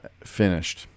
finished